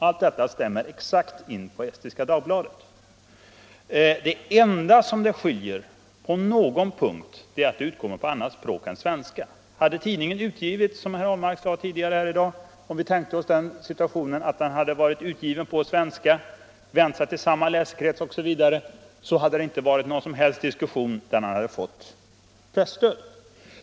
Allt detta stämmer exakt in på Estniska Dagbladet. Det enda som skiljer på någon punkt är att den utkommer på annat språk än svenska. Om vi, som herr Ahlmark sade tidigare i dag, tänkte oss den situationen att den getts ut på svenska, vänt sig till samma läsekrets osv. hade det inte varit någon som helst diskussion. Den hade fått presstöd.